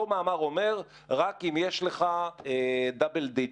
אותו מאמר אומר: רק אם יש לך double digits.